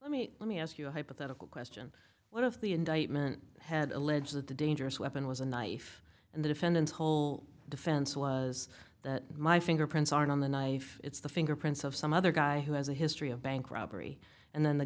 let me let me ask you a hypothetical question one of the indictment had alleged that the dangerous weapon was a knife and the defendant's whole defense was that my fingerprints are on the knife it's the fingerprints of some other guy who has a history of bank robbery and then the